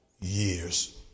years